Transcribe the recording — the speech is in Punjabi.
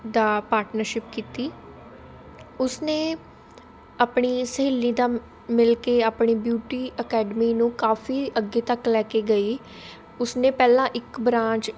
ਦਾ ਪਾਰਟਨਸ਼ਿਪ ਕੀਤੀ ਉਸਨੇ ਆਪਣੀ ਸਹੇਲੀ ਦਾ ਮਿਲ ਕੇ ਆਪਣੀ ਬਿਊਟੀ ਅਕੈਡਮੀ ਨੂੰ ਕਾਫੀ ਅੱਗੇ ਤੱਕ ਲੈ ਕੇ ਗਈ ਉਸਨੇ ਪਹਿਲਾਂ ਇੱਕ ਬ੍ਰਾਂਚ